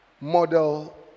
model